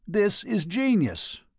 this is genius!